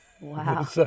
Wow